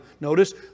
Notice